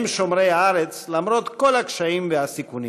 הם שומרי הארץ, למרות כל הקשיים והסיכונים.